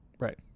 right